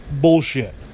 bullshit